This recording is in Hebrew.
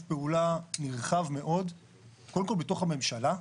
פעולה נרחב מאוד קודם כל בתוך הממשלה.